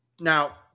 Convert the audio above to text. Now